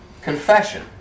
confession